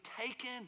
taken